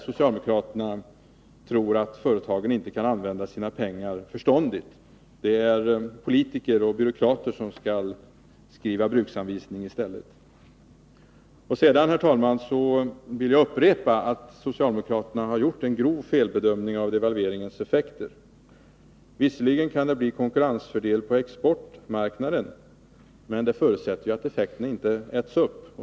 Socialdemokraterna tror inte att företag kan använda sina pengar förståndigt. Politiker och byråkrater skall skriva bruksanvisningar i stället. Sedan, herr talman, vill jag upprepa att socialdemokraterna har gjort en grov felbedömning av devalveringens effekter. Visserligen kan det bli konkurrensfördelar på exportmarknaden, men det förutsätter ju att effekterna inte äts upp.